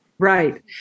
Right